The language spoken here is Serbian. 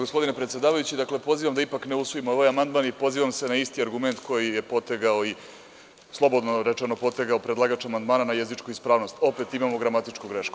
Gospodine predsedavajući, pozivam da ipak ne usvojimo ovaj amandman i pozivam se na isti argument koji je potegao, slobodno rečeno, predlagač amandmana na jezičku ispravnost, jer opet imamo gramatičku grešku.